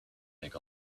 make